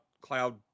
cloud